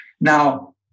Now